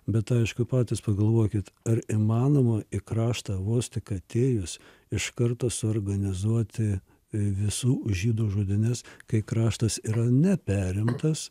bet aišku patys pagalvokit ar įmanoma į kraštą vos tik atėjus iš karto suorganizuoti visų žydų žudynes kai kraštas yra ne perimtas